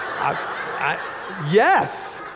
Yes